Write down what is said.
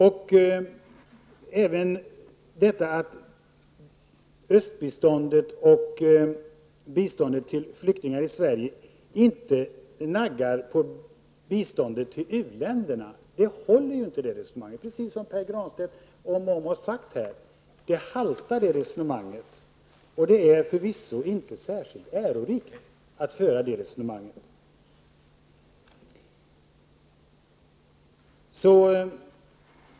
Påståendet att Östeuropabiståndet och biståndet till flyktingar i Sverige inte naggar på biståndet till u-länderna håller inte. Precis som Pär Granstedt om och om igen har sagt haltar det resonemanget. Det är förvisso inte särskilt ärorikt att föra det resonemanget!